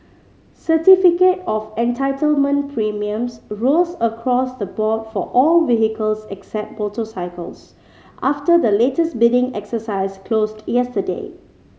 certificate of Entitlement premiums rose across the board for all vehicles except motorcycles after the latest bidding exercise closed yesterday